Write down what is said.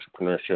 entrepreneurship